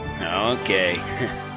Okay